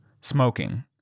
smoking